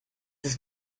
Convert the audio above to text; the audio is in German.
ist